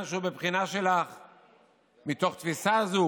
אבל הפגנות מול גנץ ובנט אסור?